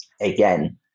again